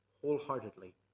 wholeheartedly